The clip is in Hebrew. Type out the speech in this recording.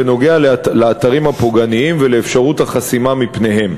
בנוגע לאתרים הפוגעניים ולאפשרות החסימה שלהם.